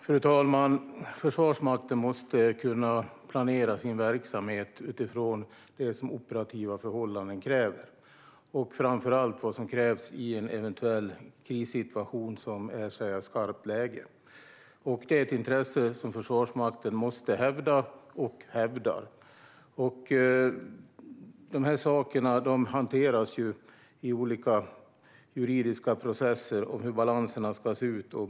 Fru talman! Försvarsmakten måste kunna planera sin verksamhet utifrån vad operativa förhållanden kräver och framför allt utifrån vad som krävs i en eventuell krissituation, i skarpt läge. Det är ett intresse som Försvarsmakten måste hävda och hävdar. Hur balanserna ska se ut hanteras i olika juridiska processer.